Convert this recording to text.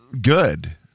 good